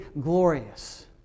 glorious